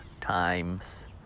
times